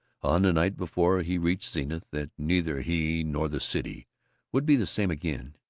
on the night before he reached zenith, that neither he nor the city would be the same again,